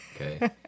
Okay